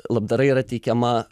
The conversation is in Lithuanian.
labdara yra teikiama